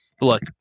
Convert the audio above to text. look